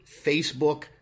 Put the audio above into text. Facebook